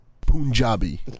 Punjabi